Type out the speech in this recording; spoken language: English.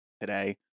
today